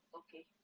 okay